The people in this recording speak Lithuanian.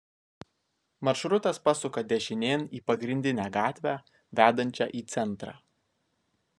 maršrutas pasuka dešinėn į pagrindinę gatvę vedančią į centrą